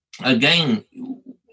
again